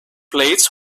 plates